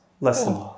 lesson